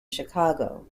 chicago